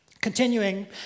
Continuing